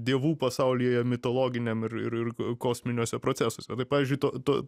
dievų pasaulyje mitologiniam ir ir ir kosminiuose procesuose tai pavyzdžiui to to